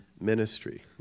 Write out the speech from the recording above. ministry